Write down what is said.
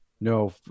No